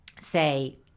say